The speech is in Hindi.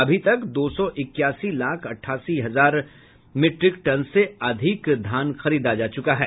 अभी तक दो सौ इक्यासी लाख अट्ठाईस हजार मीट्रिक टन से अधिक धान खरीदा जा चुका है